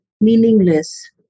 meaningless